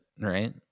Right